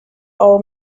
old